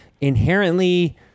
inherently